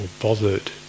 bothered